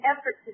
effort